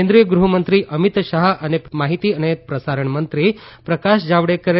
કેન્દ્રિય ગૃહમંત્રી અમીત શાહ અને માહિતી તથા પ્રસારણ મંત્રી પ્રકાશ જાવડેકરે